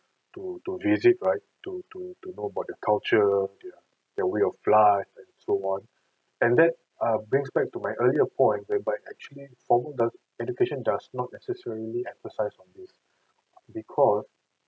to to visit right to to to know about the culture their their way of life and so on and that err brings back to my earlier point whereby actually formal does education does not necessarily emphasise on this because